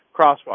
crosswalk